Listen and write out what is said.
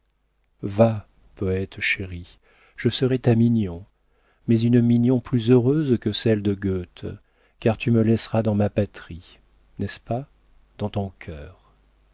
chéri je serai ta mignon mais une mignon plus heureuse que celle de goethe car tu me laisseras dans ma patrie n'est-ce pas dans ton cœur